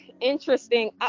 interesting